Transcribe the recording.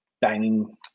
banging